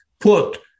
put